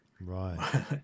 Right